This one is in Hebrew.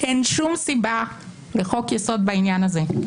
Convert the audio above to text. אין שום סיבה לחוק-יסוד בעניין הזה.